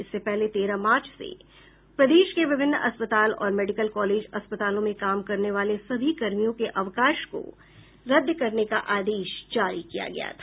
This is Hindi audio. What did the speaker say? इससे पहले तेरह मार्च से प्रदेश के विभिन्न अस्पताल और मेडिकल कॉलेज अस्पतालों में काम करने वाले सभी कर्मियों के अवकाश को रद्द करने का आदेश जारी किया गया था